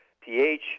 pH